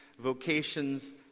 vocations